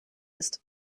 ist